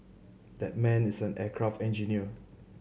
that man is an aircraft engineer